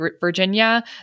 Virginia